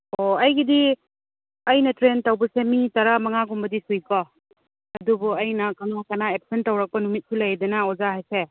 ꯑꯣ ꯑꯩꯒꯤꯗꯤ ꯑꯩꯅ ꯇ꯭ꯔꯦꯟ ꯇꯧꯕꯁꯦ ꯃꯤ ꯇꯔꯥꯃꯉꯥꯒꯨꯝꯕꯗꯤ ꯁꯨꯏꯀꯣ ꯑꯗꯨꯕꯨ ꯑꯩꯅ ꯀꯅꯥ ꯀꯅꯥ ꯑꯦꯕꯁꯦꯟ ꯇꯧꯔꯛꯄ ꯅꯨꯃꯤꯠꯁꯨ ꯂꯩꯗꯅ ꯑꯣꯖꯥ ꯍꯥꯏꯁꯦ